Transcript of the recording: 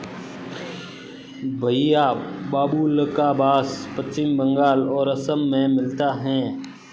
भईया बाबुल्का बास पश्चिम बंगाल और असम में मिलता है